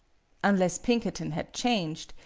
unless pinkerton had changed,